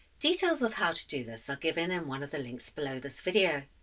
details of how to do this are given in one of the links below this video.